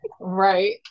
Right